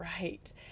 right